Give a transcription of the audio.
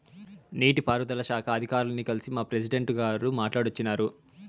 నీటి పారుదల శాఖ అధికారుల్ని కల్సి మా ప్రెసిడెంటు గారు మాట్టాడోచ్చినారు